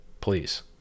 please